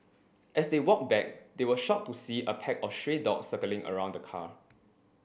as they walked back they were shocked to see a pack of stray dogs circling around the car